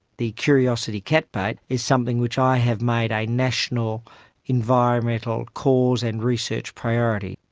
the curiosity cat bait is something which i have made a national environmental cause and research priority.